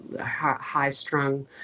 high-strung